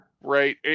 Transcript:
Right